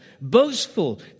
boastful